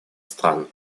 стран